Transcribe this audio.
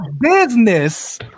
business